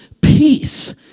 peace